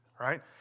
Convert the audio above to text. right